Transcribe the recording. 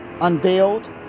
Unveiled